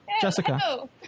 Jessica